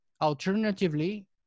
alternatively